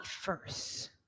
first